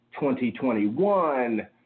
2021